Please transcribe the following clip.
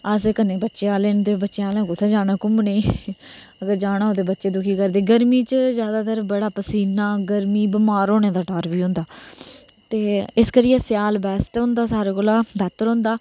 अस कन्नै बच्चे आहले असें कुतै जाना घूमने गी अगर जाना बी होऐ ते बच्चे दुखी करदे बच्चा गी ज्यादातर परसीना गर्मी ते बिमार होने दा डर बी होंदा ते इस करियै स्याल बेस्ट होंदा सारे कोला बेहतर होंदा